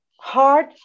Heart